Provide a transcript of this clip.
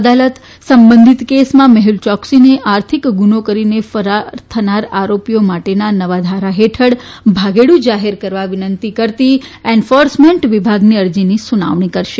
અદાલત સંબંધિત કેસમાં મેહ્લ ચોક્સીને આર્થિક ગુનો કરીને ફરાર થનાર આરોપીઓ માટેના નવા ધારા હેઠળ યોક્સીને ભાગેડુ જાહેર કરવા વિનંતી કરતી એન્ફોર્સમેન્ટ વિભાગની અરજીની સુનાવણી કરશે